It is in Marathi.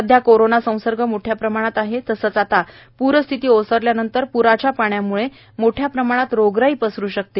सध्या कोरोना संसर्ग मोठ्या प्रमाणात आहे तसेच आता प्रस्थिती ओसरल्यानंतर पुराच्या पाण्याम्ळे तसेच दलदलीम्ळे मोठ्या प्रमाणात रोगराई पसरू शकते